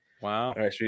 Wow